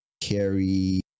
carry